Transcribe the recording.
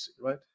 Right